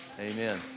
Amen